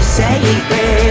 sacred